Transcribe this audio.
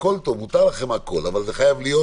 מותר לכם הכול, אבל זה חייב להיות